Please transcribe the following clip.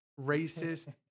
racist